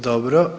Dobro.